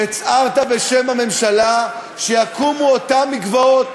והצהרת בשם הממשלה שיקומו אותם מקוואות